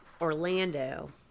Orlando